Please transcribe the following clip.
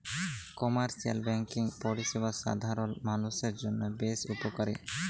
commercial banking পরিষেবা সাধারল মালুষের জন্হে বেশ উপকারী